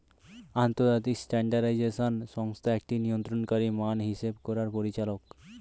আন্তর্জাতিক স্ট্যান্ডার্ডাইজেশন সংস্থা একটি নিয়ন্ত্রণকারী মান হিসেব করার পরিচালক